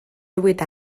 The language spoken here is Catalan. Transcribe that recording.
díhuit